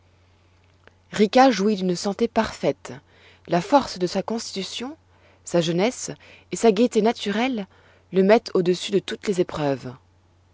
rica jouit d'une santé parfaite la force de sa constitution sa jeunesse et sa gaieté naturelle le mettent au-dessus de toutes les épreuves